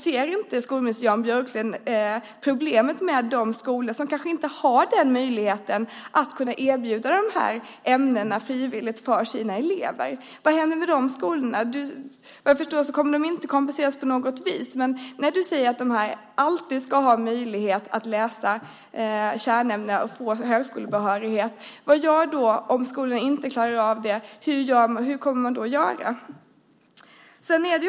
Ser inte skolminister Jan Björklund problemet med de skolor som kanske inte har möjligheten att erbjuda de här ämnena frivilligt för sina elever? Vad händer med de skolorna? Vad jag förstår kommer de inte att kompenseras på något vis. När du säger att man alltid ska ha möjlighet att läsa kärnämnena och få högskolebehörighet, vad gör du då om skolorna inte klarar av det? Hur kommer man då att göra?